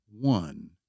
one